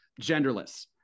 genderless